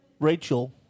Rachel